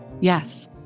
Yes